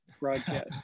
broadcast